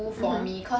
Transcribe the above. mmhmm